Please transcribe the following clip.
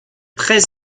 très